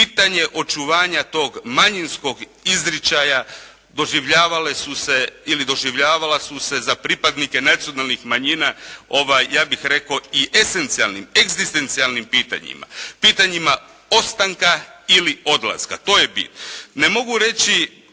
pitanje očuvanja tog manjinskog izričaja doživljavale su se ili doživljavala su se za pripadnike nacionalnih manjina ja bih rekao i esencijalnim, egzistencijalnim pitanjima. Pitanjima ostanka ili odlaska, to je bit.